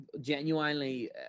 genuinely